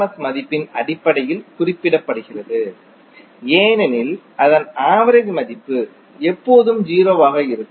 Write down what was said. S மதிப்பின் அடிப்படையில் குறிப்பிடப்படுகிறது ஏனெனில் அதன் ஆவரேஜ் மதிப்பு எப்போதும் 0 ஆக இருக்கும்